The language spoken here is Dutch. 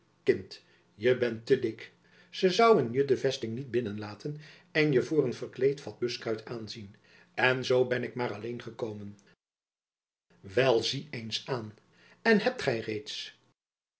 kind je bent te dik ze zoûen je de vesting niet binnen laten en je voor een verkleed vat buskruit aanzien en zoo ben ik maar alleen gekomen wel zie eens aan en hebt gy reeds